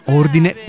ordine